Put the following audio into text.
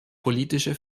politische